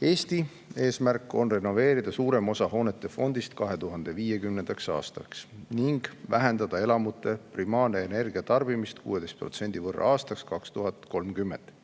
Eesti eesmärk on renoveerida suurem osa hoonefondist 2050. aastaks ning vähendada elamute primaarset energiatarbimist 16% võrra aastaks 2030.